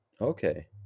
Okay